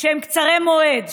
שהם קצרי מועד,